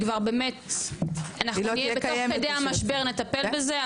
כבר באמת אנחנו נהיה בתוך כדי המשבר נטפל בזה.